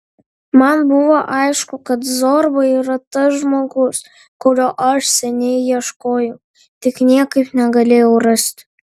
man buvo aišku kad zorba yra tas žmogus kurio aš seniai ieškojau tik niekaip negalėjau rasti